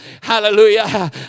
hallelujah